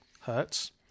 Hertz